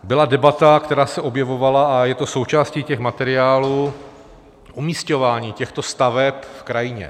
Byla debata, která se objevovala, a je to součástí těch materiálů: umísťování těchto staveb v krajině.